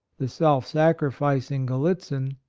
the self-sacrificing galiitzin,